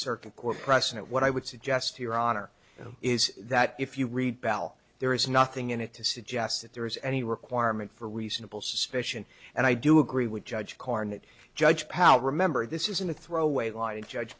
precedent what i would suggest to your honor is that if you read bell there is nothing in it to suggest that there is any requirement for reasonable suspicion and i do agree with judge karnit judge power remember this isn't a throwaway line judge